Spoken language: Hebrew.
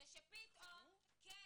למה